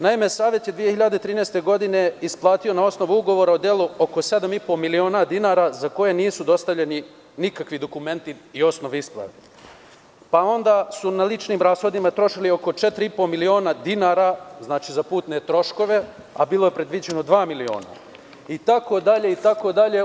Naime, Savet je 2013. godine isplatio na osnovu ugovora o delu oko sedam i po miliona dinara za koje nisu dostavljeni nikakvi dokumenti i osnove isplata, pa onda su na ličnim rashodima trošili oko četiri i po miliona dinara, znači za putne troškove, a bilo je predviđeno dva miliona dinara, itd.